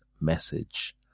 message